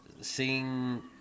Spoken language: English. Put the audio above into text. seeing